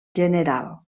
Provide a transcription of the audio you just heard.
general